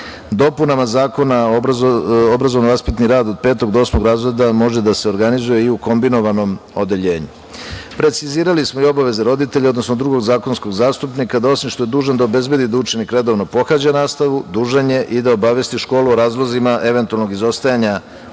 Dopunama zakona o obrazovno vaspitni rad od petog do osmog razreda može da se organizuje i u kombinovanom odeljenju. Precizirali smo i obaveze roditelja, odnosno drugog zakonskog zastupnika da osim što je dužan da obezbedi da učenik redovno pohađa nastavu, dužan je i da obavesti školu o razlozima eventualnog izostajanja učenika